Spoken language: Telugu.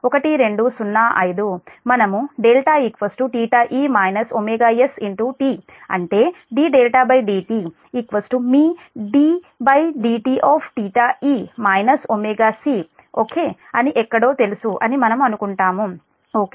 మనముδe st అంటేddt మీ dedt s ఓకే అని ఎక్కడో తెలుసు అని మనము అనుకుంటాము ఓకే